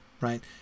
right